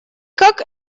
как